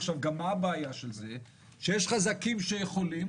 הבעיה שיש חזקים שיכולים